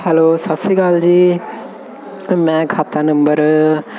hello ਸਤਿ ਸ਼੍ਰੀ ਅਕਾਲ ਜੀ ਮੈਂ ਖਾਤਾ ਨੰਬਰ